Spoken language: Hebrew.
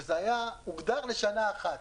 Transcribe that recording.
וזה הוגדר לשנה אחת.